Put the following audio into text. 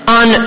on